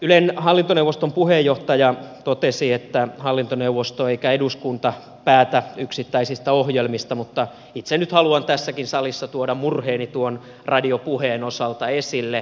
ylen hallintoneuvoston puheenjohtaja totesi että hallintoneuvosto ja eduskunta eivät päätä yksittäisistä ohjelmista mutta itse nyt haluan tässäkin salissa tuoda murheeni tuon radio puheen osalta esille